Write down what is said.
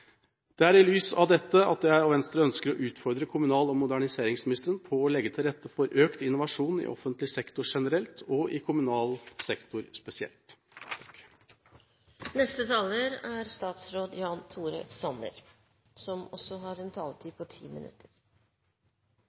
Det er i lys av dette jeg og Venstre ønsker å utfordre kommunal- og moderniseringsministeren til å legge til rette for økt innovasjon – i offentlig sektor generelt og i kommunal sektor spesielt.